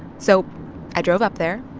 so i drove up there.